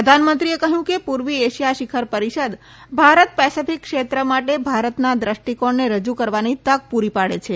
પ્રધાનમંત્રીએ કહ્યું કે પૂર્વી એશિયા શિખર પરીષદ ભારત પેસેફીક ક્ષેત્ર માટે ભારતના દ્રષ્ટિકોણને રજૂ કરવાની તક પૂરી પાડે છે